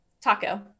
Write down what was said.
Taco